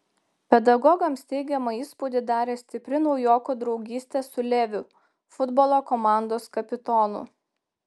pedagogams teigiamą įspūdį darė stipri naujoko draugystė su leviu futbolo komandos kapitonu